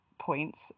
points